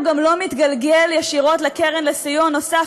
הוא גם לא מתגלגל ישירות לקרן לסיוע נוסף,